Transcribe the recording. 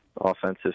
offensive